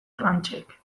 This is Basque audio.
tranchek